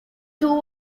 two